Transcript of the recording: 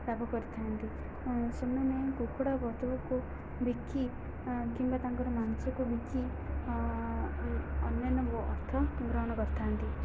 ଲାଭ କରିଥାନ୍ତି ସେମାନେ କୁକୁଡ଼ା ବତକକୁ ବିକି କିମ୍ବା ତାଙ୍କର ମାଂସକୁ ବିକି ଅନ୍ୟାନ୍ୟ ଅର୍ଥ ଗ୍ରହଣ କରିଥାନ୍ତି